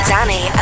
Danny